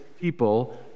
people